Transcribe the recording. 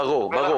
ברור.